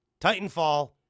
Titanfall